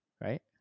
Right